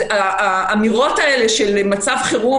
אז האמירות האלה של מצב חירום,